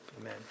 Amen